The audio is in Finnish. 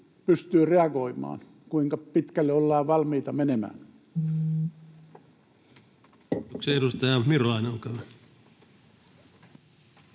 pystyy reagoimaan? Kuinka pitkälle ollaan valmiita menemään?